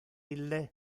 ille